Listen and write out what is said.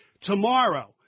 Tomorrow